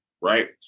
right